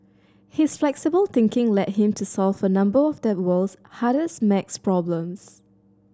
his flexible thinking led him to solve a number of that world's hardest maths problems